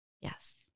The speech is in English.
Yes